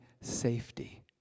safety